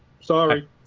Sorry